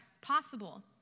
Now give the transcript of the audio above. possible